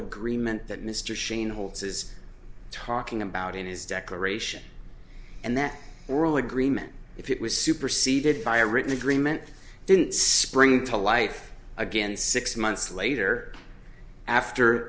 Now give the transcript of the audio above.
agreement that mr shane holds is talking about in his declaration and that oral agreement if it was superseded by a written agreement didn't spring to life again six months later after